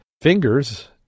fingers